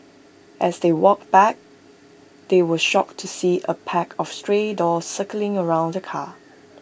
as they walked back they were shocked to see A pack of stray dogs circling around the car